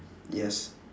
yes